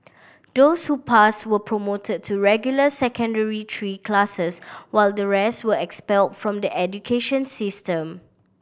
those who passed were promoted to regular Secondary Three classes while the rest were expelled from the education system